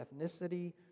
ethnicity